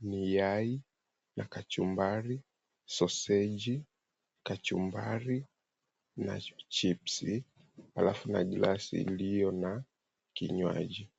ni yai na kachumbari, soseji , kachumbari na chipsi, alafu na glasi iliyo na kinywaji.